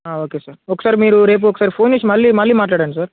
okay sir ఒకసారి మీరు రేపొకసారి ఫోన్ మళ్ళీ మళ్ళీ మాట్లాడండి సార్